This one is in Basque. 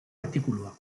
artikulua